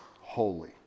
holy